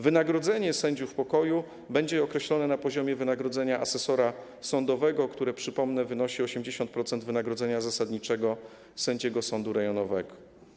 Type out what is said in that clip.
Wynagrodzenie sędziów pokoju będzie określone na poziomie wynagrodzenia asesora sądowego, które - przypomnę - wynosi 80% wynagrodzenia zasadniczego sędziego sądu rejonowego.